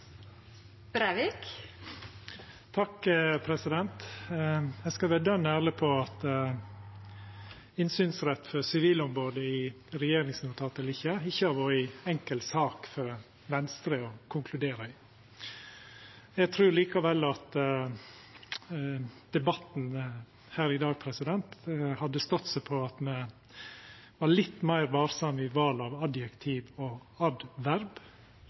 Eg skal vera dønn ærleg på at innsynsrett eller ikkje for Sivilombodet i regjeringsnotat ikkje har vore ei enkel sak for Venstre å konkludera i. Eg trur likevel at debatten her i dag hadde stått seg på at me var litt meir varsame i val av adjektiv og adverb.